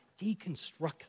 deconstruct